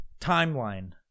timeline